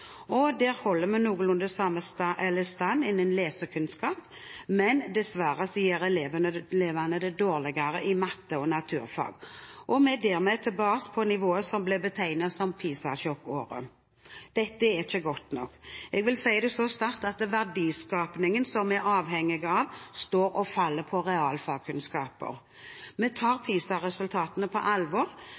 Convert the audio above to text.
presentert. Der holder vi noenlunde stand innen lesekunnskap, men dessverre gjør elevene det dårligere i matte og naturfag, og vi er dermed tilbake på nivået i det som ble betegnet som «PISA-sjokk»-året. Dette er ikke godt nok. Jeg vil si det så sterkt at verdiskapingen som vi er avhengig av, står og faller på realfagskunnskaper. Vi tar PlSA-resultatene på alvor.